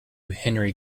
henry